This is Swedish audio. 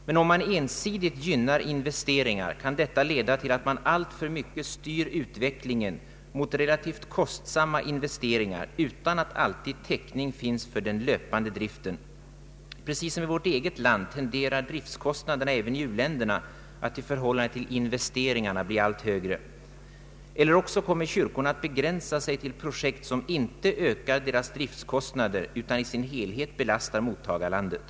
Men om man ensidigt gynnar investeringar kan detta leda till att man alltför mycket styr utvecklingen mot relativt kostsamma investeringar utan att alltid täckning finns för den löpande driften. Precis som i vårt eget land tenderar driftskostnaderna även i u-länderna att i förhållande till investeringarna bli allt högre. Eller också kommer kyrkorna att begränsa sig till projekt som inte ökar deras driftskostnader utan i sin helhet belastar mottagarlandet.